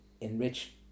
enrich